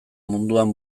munduan